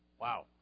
Wow